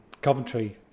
Coventry